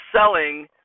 selling